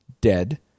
dead